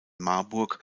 marburg